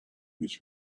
his